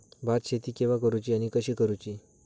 भात शेती केवा करूची आणि कशी करुची?